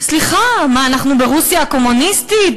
סליחה, מה, אנחנו ברוסיה הקומוניסטית?